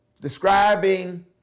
describing